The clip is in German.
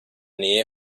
nähe